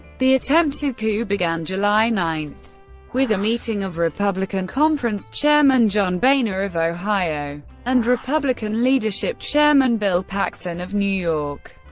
the attempted coup began july nine with a meeting of republican conference chairman john boehner of ohio and republican leadership chairman bill paxon of new york.